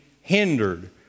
hindered